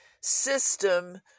system